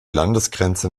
landesgrenze